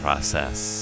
Process